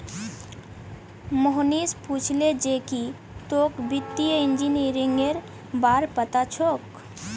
मोहनीश पूछले जे की तोक वित्तीय इंजीनियरिंगेर बार पता छोक